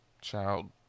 Child